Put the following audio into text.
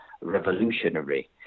revolutionary